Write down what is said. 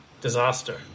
disaster